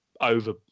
over